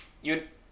you